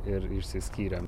ir išsiskyrėm